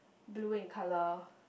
blue in colour